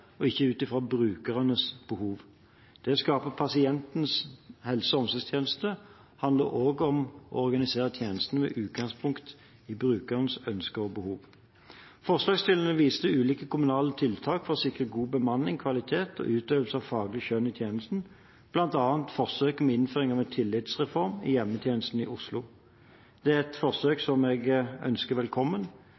og ikke ut fra brukernes behov. Det å skape pasientens helse- og omsorgstjeneste handler også om å organisere tjenesten med utgangspunkt i brukernes ønsker og behov. Forslagstillerne viser til ulike kommunale tiltak for å sikre god bemanning, kvalitet og utøvelse av faglig skjønn i tjenesten, bl.a. forsøket med innføring av en tillitsreform i hjemmetjenesten i Oslo. Det er et forsøk